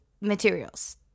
materials